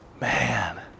Man